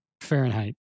Fahrenheit